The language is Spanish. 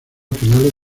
finales